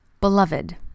Beloved